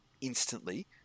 instantly